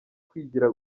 kwigira